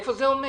איפה זה עומד?